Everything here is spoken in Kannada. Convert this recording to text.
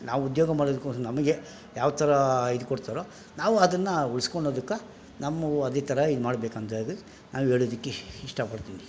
ನಾವು ಉದ್ಯೋಗ ಮಾಡೋದುಕೋಸ್ರ ನಮಗೆ ಯಾವಥರ ಇದು ಕೊಡ್ತಾರೊ ನಾವು ಅದನ್ನ ಉಳಿಸ್ಕೊಳದುಕ್ಕೆ ನಮ್ಮವು ಅದೇ ಥರ ಇದು ಮಾಡಬೇಕಂತ ಹೇಳಿ ನಾವು ಹೇಳದಿಕ್ಕೆ ಇಷ್ಟಪಡ್ತೀನಿ